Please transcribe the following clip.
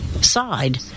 side